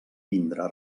vindre